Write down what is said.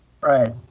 Right